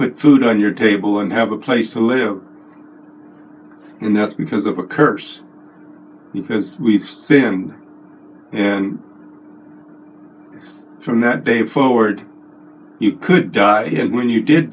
put food on your table and have a place to live and that's because of a curse because we've sinned and from that day forward you could die you know when you did